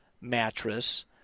mattress